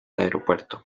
aeropuerto